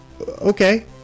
Okay